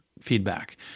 feedback